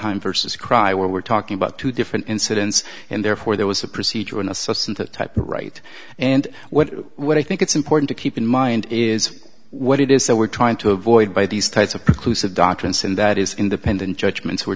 home versus cry when we're talking about two different incidents and therefore there was a procedure and a source and the type right and what what i think it's important to keep in mind is what it is that we're trying to avoid by these types of precludes of doctrines and that is independent judgments w